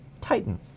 titan